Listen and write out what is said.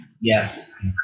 Yes